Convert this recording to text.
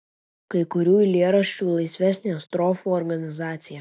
kai kurių eilėraščių laisvesnė strofų organizacija